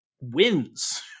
wins